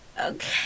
Okay